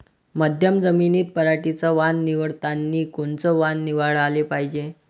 मध्यम जमीनीत पराटीचं वान निवडतानी कोनचं वान निवडाले पायजे?